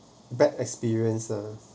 bad experience ah